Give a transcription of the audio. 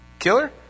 killer